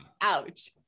ouch